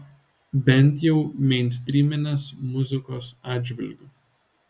bent jau meinstryminės muzikos atžvilgiu